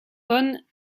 von